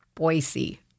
Boise